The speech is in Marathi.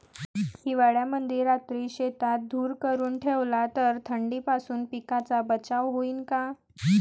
हिवाळ्यामंदी रात्री शेतात धुर करून ठेवला तर थंडीपासून पिकाचा बचाव होईन का?